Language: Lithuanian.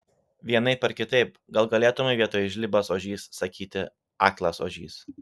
vienaip ar kitaip gal galėtumei vietoj žlibas ožys sakyti aklas ožys